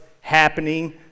happening